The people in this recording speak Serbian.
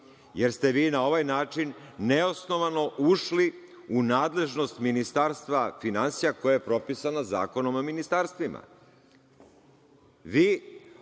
jer ste vi na ovaj način neosnovano ušli u nadležnost Ministarstva finansija, koja je propisano Zakonom o ministarstvima. Vi